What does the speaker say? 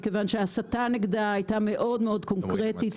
מכיוון שההסתה נגדה הייתה מאוד קונקרטית,